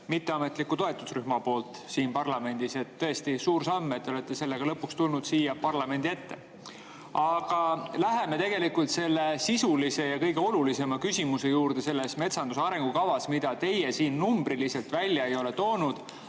mitteametliku toetusrühma nimel siin parlamendis. Tõesti, suur samm, et te olete sellega lõpuks tulnud siia parlamendi ette. Aga läheme selle sisulise ja kõige olulisema küsimuse juurde selles metsanduse arengukavas, mida teie siin numbriliselt välja ei ole toonud,